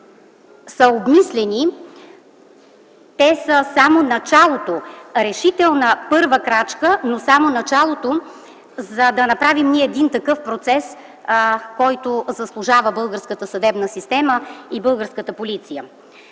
Те са обмислени, те са само началото, решителна първа крачка, но само началото, за да направим един такъв процес, който заслужава българската съдебна система и българската полиция.